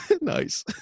Nice